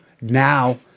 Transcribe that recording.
Now